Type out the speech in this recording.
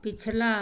पिछला